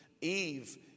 Eve